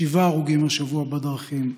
שבעה הרוגים השבוע בדרכים,